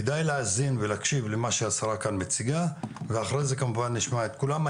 כדאי להאזין ולהקשיב למה שהשרה כאן מציגה ואחרי זה כמובן נשמע את כולם.